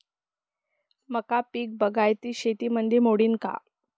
मका पीक बागायती शेतीमंदी मोडीन का?